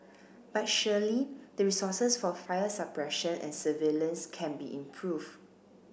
but surely the resources for fire suppression and surveillance can be improved